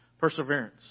perseverance